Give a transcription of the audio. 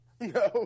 No